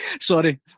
Sorry